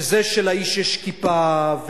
שזה שלאיש יש כיפה,